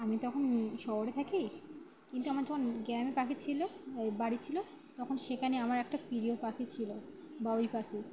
আমি তো এখন শহরে থাকি কিন্তু আমার যখন গ্রামে পাখি ছিল বাড়ি ছিল তখন সেখানে আমার একটা প্রিয় পাখি ছিল বাবুই পাখি